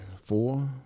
four